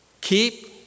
keep